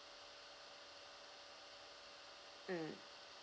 mm